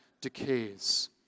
decays